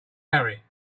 marry